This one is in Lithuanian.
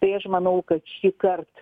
tai aš manau kad šįkart